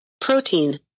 Protein